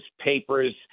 papers